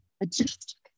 adjust